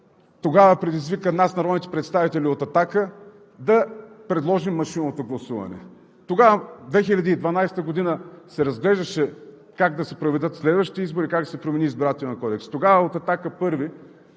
тогава предизвика нас, народните представители от „Атака“, да предложим машинното гласуване. През 2012 г. се разглеждаше как да се проведат следващите избори, как да се промени Избирателният кодекс. Тогава от „Атака“ първи